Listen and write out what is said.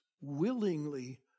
willingly